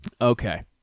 Okay